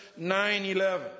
9-11